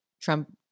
Trump